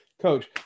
Coach